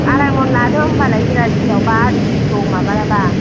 आराइ मन लादो होनबालाय जेराथियावबा आदिखौ माबालाबा